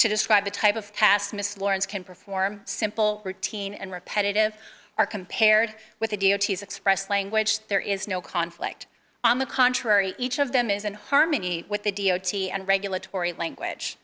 to describe the type of past miss lawrence can perform simple routine and repetitive are compared with the deities express language there is no conflict on the contrary each of them is in harmony with the d o t and regulatory language